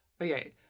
okay